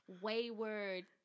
wayward